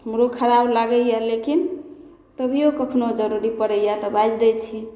हमरो खराब लागैए लेकिन तभिओ कखनहु जरूरी पड़ैए तऽ बाजि दै छी